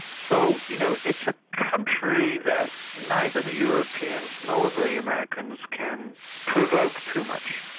so you know it's a country that neither the europeans nor the the americans can provoke too much,